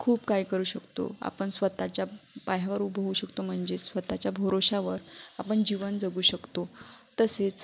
खूप काही करू शकतो आपण स्वतःच्या पायावर उभं होऊ शकतो म्हणजे स्वतःच्या भरवशावर आपण जीवन जगू शकतो तसेच